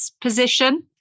position